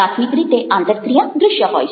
પ્રાથમિક રીતે આંતરક્રિયા દ્રશ્ય હોય છે